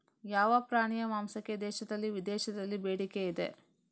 ಯಾವ ಪ್ರಾಣಿಯ ಮಾಂಸಕ್ಕೆ ದೇಶದಲ್ಲಿ ವಿದೇಶದಲ್ಲಿ ಬೇಡಿಕೆ ಇದೆ?